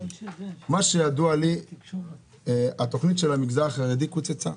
מה שידוע לי, התוכנית של המגזר החרדי קוצצה.